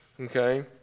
Okay